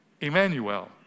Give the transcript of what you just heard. Emmanuel